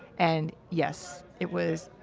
and, yes. it was,